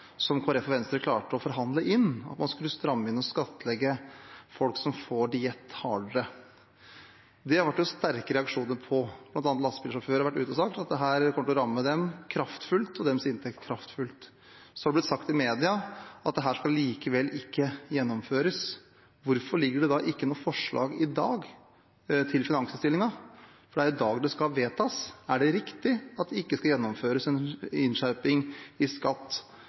Kristelig Folkeparti og Venstre klarte å forhandle inn, at man nå skal stramme inn og skattlegge folk som får diett, hardere. Det har det vært sterke reaksjoner på. Blant annet har lastebilsjåførene vært ute og sagt at det kommer til å ramme dem og deres inntekt kraftfullt. Det har blitt sagt i media at dette skal likevel ikke gjennomføres. Hvorfor ligger det da ikke noe forslag til finansinnstillingen i dag? Det er jo i dag det skal vedtas. Er det riktig at det ikke skal gjennomføres en innskjerping i skatt